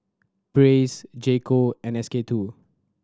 Praise J Co and S K Two